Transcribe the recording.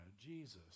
Jesus